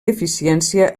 deficiència